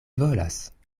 volas